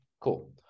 cool